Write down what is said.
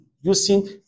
using